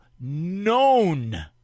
known